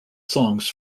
songs